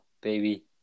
baby